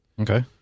Okay